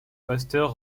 pasteur